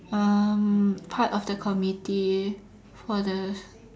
um part of the committee for the